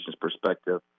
perspective